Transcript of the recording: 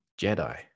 Jedi